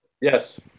Yes